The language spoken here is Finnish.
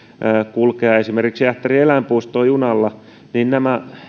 kulkea esimerkiksi ähtärin eläinpuistoon junalla niin